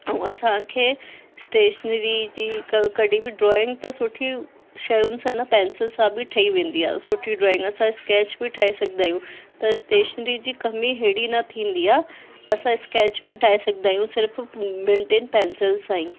ऐं असांखे स्टेशनरी जी क कॾहिं बि ड्राइंग त सुठी शयुनि सां न पैंसिल सां बि ठही वेंदी आहे सुठी ड्राइंग असां स्कैच बि ठाहे सघंदा आहियूं त स्टेशनरी जी कमी हेड़ी न थींदी आहे असां स्कैच बि ठाहे सघंदा आहियूं सिर्फ़ु ॿिनि टिनि पैंसिल सां ई